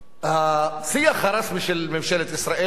שהשיח הרשמי של ממשלת ישראל ושל